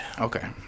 okay